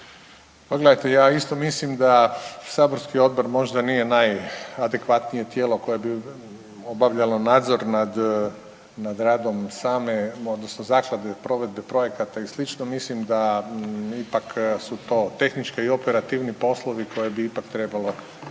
ja isto mislim da saborski odbor možda nije najadekvatnije tijelo koje bi obavljalo nadzor nad radom same odnosno zaklade provedbe projekata i slično. Mislim da ipak su to tehnički i operativni poslovi koje bi ipak trebalo